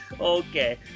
Okay